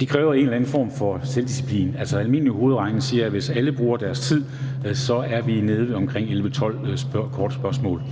Det kræver jo en eller anden form for selvdisciplin, og almindelig hovedregning siger, at vi, hvis alle bruger deres tid, så er nede ved omkring 11-12 spørgsmål.